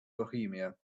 bohemia